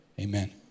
Amen